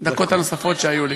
פעם שנייה שאתה צריך להתנצל בפני.